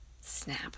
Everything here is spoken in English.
snap